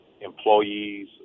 employees